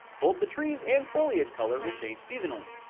both the trees and foliage color will change seasonally.